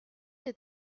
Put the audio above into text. est